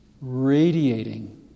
radiating